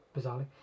bizarrely